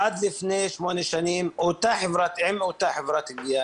עד לפני שמונה שנים אותה חברת גבייה,